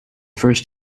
first